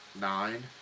Nine